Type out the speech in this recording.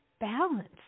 balance